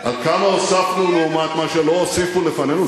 1,000. על כמה הוספנו לעומת מה שלא הוסיפו לפנינו,